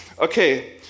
okay